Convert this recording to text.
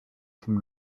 from